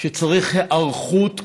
שצריך היערכות כוללת,